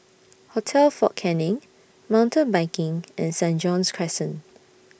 Hotel Fort Canning Mountain Biking and Saint John's Crescent